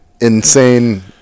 insane